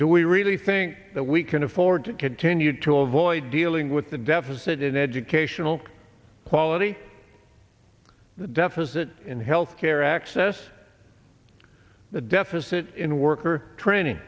do we really think that we can afford to continue to avoid dealing with the deficit in educational quality the deficit in health care access the deficit in work or training